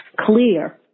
clear